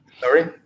Sorry